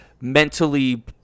mentally